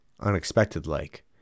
unexpected-like